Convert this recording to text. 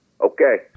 Okay